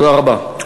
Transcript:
תודה רבה.